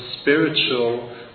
spiritual